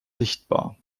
sichtbar